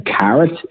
carrot